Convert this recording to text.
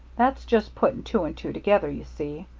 that's just putting two and two together, you see.